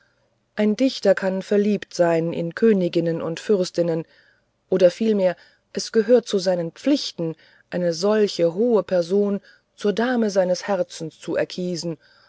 ein dichter kann verliebt sein in königinnen und fürstinnen oder vielmehr es gehört zu seinen pflichten eine solche hohe person zur dame seines herzens zu erkiesen